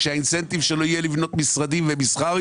כשהאינסנטיב יהיה לבנות יותר משרדים ומסחר,